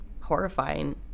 horrifying